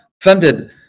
funded